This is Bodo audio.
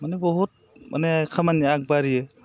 माने बहुद माने खामानिया आग बारियो